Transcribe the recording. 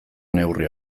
neurri